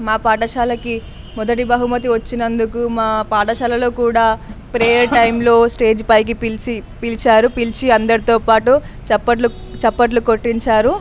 మా పాఠశాలకి మొదటి బహుమతి వచ్చినందుకు మా పాఠశాలలో కూడా ప్రేయర్ టైంలో స్టేజ్ పైకి పిలిచి పిలిచారు పిలిచి అందరితో పాటు చప్పట్లు చప్పట్లు కొట్టించారు